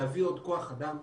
להביא עוד כוח אדם,